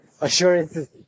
Assurances